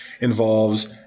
involves